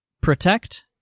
protect